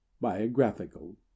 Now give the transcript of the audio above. Biographical